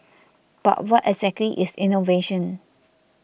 but what exactly is innovation